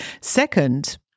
Second